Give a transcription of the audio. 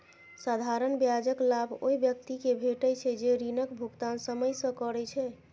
साधारण ब्याजक लाभ ओइ व्यक्ति कें भेटै छै, जे ऋणक भुगतान समय सं करै छै